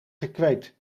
gekweekt